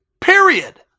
Period